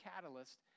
catalyst